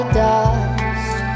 dust